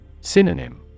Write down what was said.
Synonym